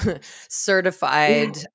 certified